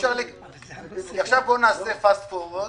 בואו נריץ קדימה,